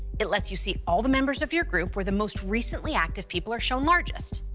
it lets you see all the members of your group, where the most recently active people are shown largest.